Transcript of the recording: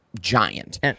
Giant